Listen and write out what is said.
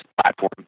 platform